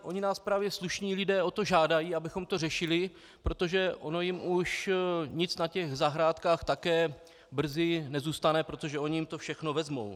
Oni nás právě slušní lidé o to žádají, abychom to řešili, protože ono jim už nic na těch zahrádkách také brzy nezůstane, protože oni jim to všechno vezmou.